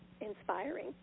inspiring